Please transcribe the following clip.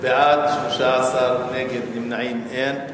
בעד, 13, נגד ונמנעים, אין.